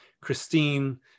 christine